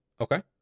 Okay